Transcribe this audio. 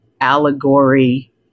allegory